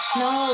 no